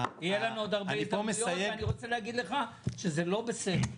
יהיה לנו עוד הרבה הזדמנויות ואני רוצה להגיד לך שזה לא בסדר.